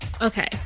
Okay